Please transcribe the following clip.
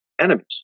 enemies